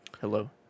Hello